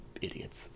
idiots